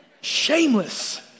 Shameless